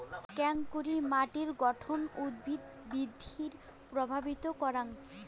কেঙকরি মাটির গঠন উদ্ভিদ বৃদ্ধিত প্রভাবিত করাং?